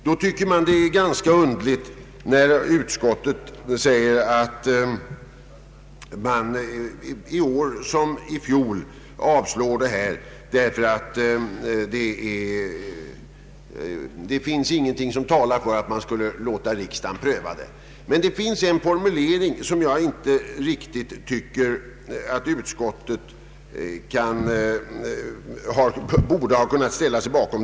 Jag tycker då att det är ganska underligt, när utskottet anför att det i år liksom i fjol avstyrker motionärernas yrkande, eftersom det inte finns någonting som talar för att riksdagen skall pröva det. Det finns emellertid en formulering som utskottet enligt min mening inte borde ha ställt sig bakom.